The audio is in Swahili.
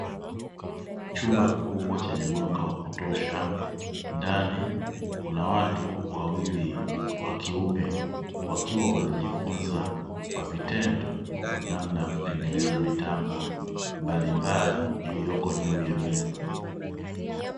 Chumba kikubwa chenye mwanga wa kutosha ndani kuna watu wawili wa kiume wakiwa wanajifunza kwa vitendo namna ya kutengeneza mitambo mbalimbali iliyoko juu ya meza.